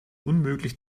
unmöglich